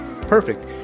Perfect